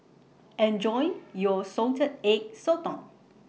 Enjoy your Salted Egg Sotong